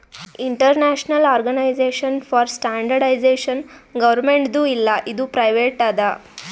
international organisation for standardisation ಗೌರ್ಮೆಂಟ್ದು ಇಲ್ಲ ಇದು ಪ್ರೈವೇಟ್ ಅದಾ